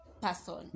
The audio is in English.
person